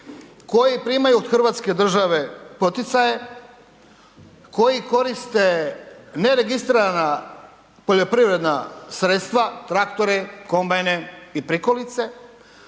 koji primaju od Hrvatske države poticaje, koji koriste neregistrirana poljoprivredna sredstva, traktore, kombajne i prikolice,